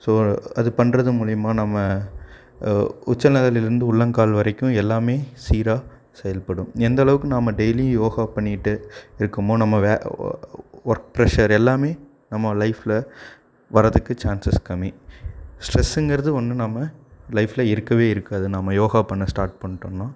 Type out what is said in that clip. so அது பண்ணுறது மூலிமா நம்ம உச்சந்தலையில் இருந்து உள்ளங்கால் வரைக்கும் எல்லாம் சீராக செயல்படும் எந்த அளவுக்கு நாம டெய்லியும் யோகா பண்ணிட்டு இருக்கமோ நம்ம வே ஒர்க் பிரெஷர் எல்லாம் நம்ம லைஃபில் வரதுக்கு சான்சஸ் கம்மி ஸ்ட்ரெஸ்ஸுங்கிறது ஒன்னு நம்ம லைஃப்பில் இருக்கவே இருக்காது நம்ம யோகா பண்ண ஸ்டார்ட் பண்ணிட்டோன்னா